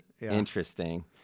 interesting